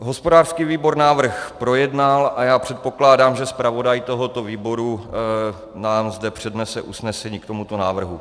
Hospodářský výbor návrh projednal a já předpokládám, že zpravodaj tohoto výboru nám zde přednese usnesení k tomuto návrhu.